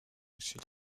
sud